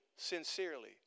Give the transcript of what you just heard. sincerely